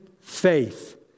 faith